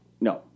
No